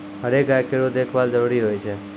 हरेक गाय केरो देखभाल जरूरी होय छै